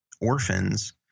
orphans –